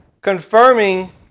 Confirming